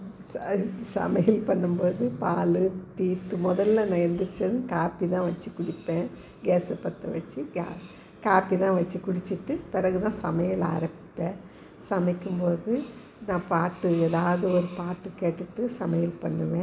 இது ச இது சமையல் பண்ணும் போது பால் டீ முதல்ல நான் எழுந்திரிச்சதும் காப்பி தான் வச்சி குடிப்பேன் கேஸை பற்றவச்சி கா காப்பி தான் வச்சி குடிச்சிட்டு பிறகு தான் சமையல் ஆரம்பிப்பேன் சமைக்கும் போது நான் பாட்டு எதாவது ஒரு பாட்டு கேட்டுக்கிட்டு சமையல் பண்ணுவேன்